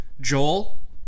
Joel